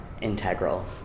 integral